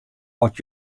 oft